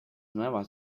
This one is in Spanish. nuevas